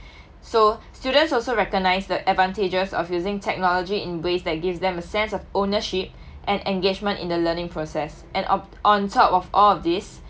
so students also recognise the advantages of using technology in ways that gives them a sense of ownership and engagement in the learning process and op~ on top of all of this